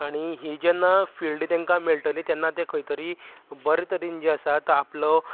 आनी ही जेन्ना फिल्ड तेंका मेळटली तेन्ना ते खंय तरी बरें तरेन जे आसा तो आपलो